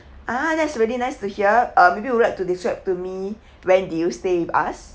ah that's really nice to hear uh maybe you would like to describe to me when do you stay us